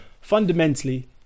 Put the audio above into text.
fundamentally